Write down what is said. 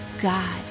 God